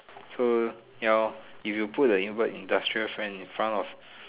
so ya lor if you put the invert industrial strength in front of